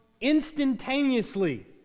instantaneously